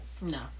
No